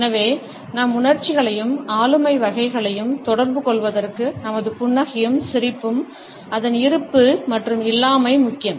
எனவே நம் உணர்ச்சிகளையும் ஆளுமை வகைகளையும் தொடர்புகொள்வதற்கு நமது புன்னகையும் அதன் இருப்பு மற்றும் இல்லாமை முக்கியம்